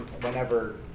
whenever